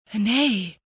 Nay